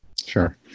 Sure